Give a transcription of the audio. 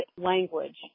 language